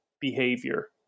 behavior